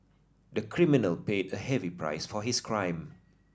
the criminal paid a heavy price for his crime